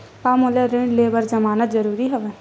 का मोला ऋण ले बर जमानत जरूरी हवय?